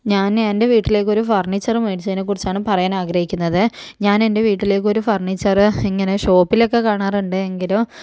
ഞാൻ എൻ്റെ വീട്ടിലേക്കൊരു ഫർണീച്ചർ മേടിച്ചതിനെ കുറിച്ചാണ് പറയാൻ ആഗ്രഹിക്കുന്നത് ഞാൻ എൻ്റെ വീട്ടിലേക്കൊരു ഫർണീച്ചർ ഇങ്ങനെ ഷോപ്പിലൊക്കെ കാണാറുണ്ട് എങ്കിലും